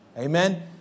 Amen